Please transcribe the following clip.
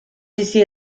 bizi